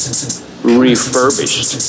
refurbished